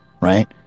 right